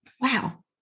wow